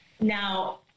Now